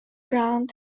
ground